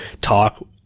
talk